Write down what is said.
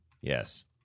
yes